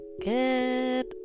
good